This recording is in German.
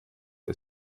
der